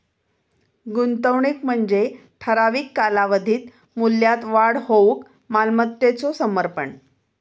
गुंतवणूक म्हणजे ठराविक कालावधीत मूल्यात वाढ होऊक मालमत्तेचो समर्पण